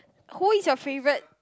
who is your favourite